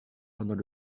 pendant